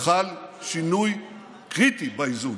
חל שינוי קריטי באיזון,